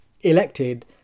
elected